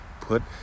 Put